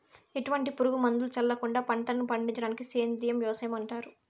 ఎటువంటి పురుగు మందులను చల్లకుండ పంటలను పండించడాన్ని సేంద్రీయ వ్యవసాయం అంటారు